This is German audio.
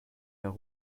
nach